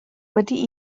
wedi